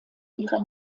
ihrer